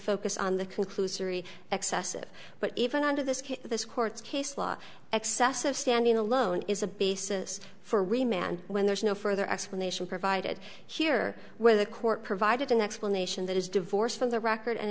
focus on the conclusory excessive but even under this this court's case law excessive standing alone is a basis for remand when there is no further explanation provided here where the court provided an explanation that is divorced from the record and